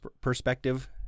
perspective